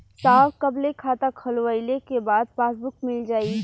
साहब कब ले खाता खोलवाइले के बाद पासबुक मिल जाई?